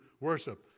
worship